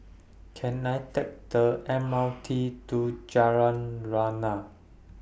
Can I Take The M R T to Jalan Lana